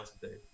today